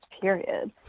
period